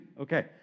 okay